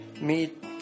meet